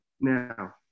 Now